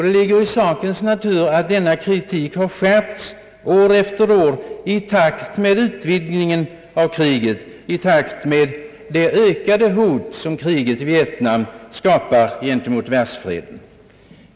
Det ligger i sakens natur att kritiken har skärpts år efter år i takt med utvidgningen av kriget, i takt med det ökade hot som kriget i Vietnam skapar mot världsfreden.